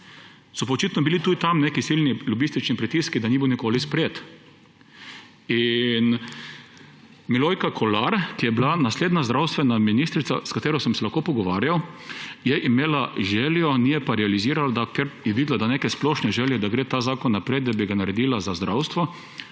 so pa očitno bili tudi tam neki silni lobistični pritiski, da ni bil nikoli sprejet. Milojka Kolar, ki je bila naslednja zdravstvena ministrica, s katero sem se lahko pogovarjal, je imela željo, ni je pa realizirala, ker je videla, da ni neke splošne želje, da gre ta zakon naprej, da bi ga naredila za zdravstvo.